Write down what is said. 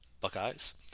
Buckeyes